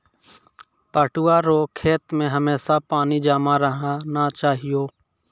पटुआ रो खेत मे हमेशा पानी जमा रहना चाहिऔ